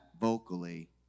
vocally